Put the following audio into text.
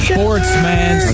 Sportsman